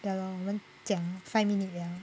ya lor 我们讲 five minutes liao